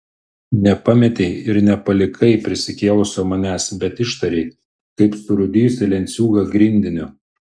nepametei ir nepalikai prisikėlusio manęs bet ištarei kaip surūdijusį lenciūgą grindiniu